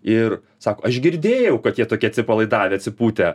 ir sako aš girdėjau kad jie tokie atsipalaidavę atsipūtę